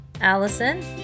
Allison